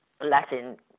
Latin